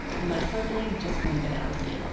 and i suddenly just want to get out of here.